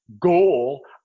goal